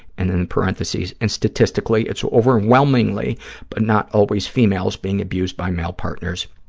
and in parentheses, and statistically it's overwhelmingly but not always females being abused by male partners,